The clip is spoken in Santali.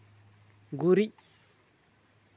ᱜᱩᱨᱤᱡᱽ